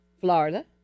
Florida